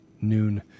noon